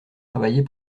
travailler